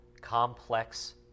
complex